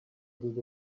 did